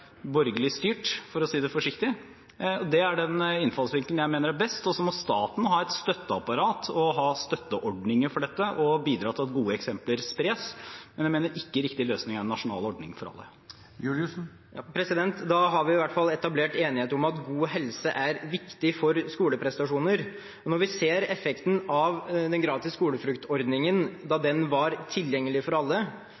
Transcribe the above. den innfallsvinkelen jeg mener er best. Så må staten ha et støtteapparat og støtteordninger for dette og bidra til at gode eksempler spres. Men jeg mener ikke en nasjonal ordning for alle er riktig løsning. Da har vi i hvert fall etablert enighet om at god helse er viktig for skoleprestasjoner. Når vi ser de gode effektene av ordningen med gratis skolefrukt da den var tilgjengelig for alle,